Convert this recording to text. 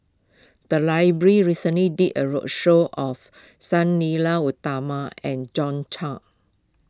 the library recently did a roadshow of Sang Nila Utama and John